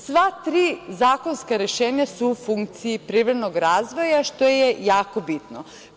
Sva tri zakonska rešenja su u funkciji privrednog razvoja, što je jako bitno.